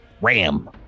Ram